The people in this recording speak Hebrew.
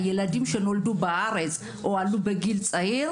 הילדים שנולדו בארץ או שעלו בגיל צעיר